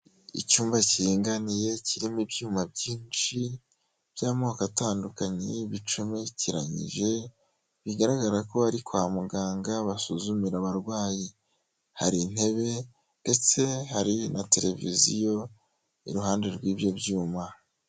Icyumba kiringaniye kirimo ibyuma byinshi by'amoko atandukanye bicomekeranyije, bigaragara ko ari kwa muganga basuzumira abarwayi. Hari intebe ndetse hari na televiziyo iruhande rw'ibyo byuma.